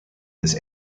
this